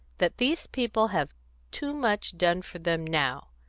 that these people have too much done for them now.